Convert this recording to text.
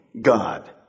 God